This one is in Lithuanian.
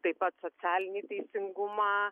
taip pat socialinį teisingumą